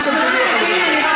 אל תקלקלי לחברים שלך.